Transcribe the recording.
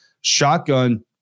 shotgun